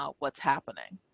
ah what's happening.